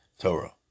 Torah